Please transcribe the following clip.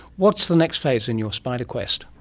what's the next phase in your spider quest?